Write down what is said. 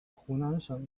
湖南省